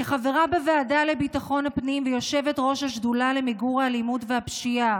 כחברה בוועדה לביטחון הפנים ויושבת-ראש השדולה למיגור האלימות והפשיעה